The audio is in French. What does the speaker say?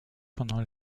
pendant